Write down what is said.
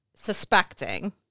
suspecting